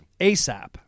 asap